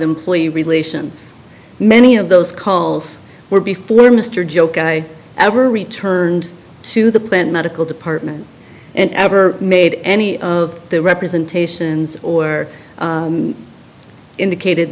employee relations many of those calls were before mr joke i ever returned to the plant medical department and ever made any of the representations or indicated